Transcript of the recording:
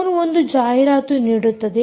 phone 1 ಜಾಹೀರಾತು ನೀಡುತ್ತದೆ